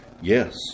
Yes